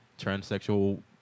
Transsexual